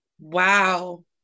Wow